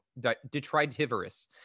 detritivorous